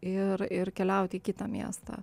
ir ir keliauti į kitą miestą